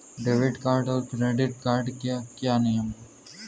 Debit card और credit card के क्या क्या नियम हैं?